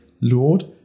Lord